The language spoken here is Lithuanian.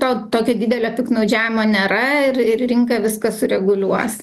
to tokio didelio piktnaudžiavimo nėra ir ir rinka viską sureguliuos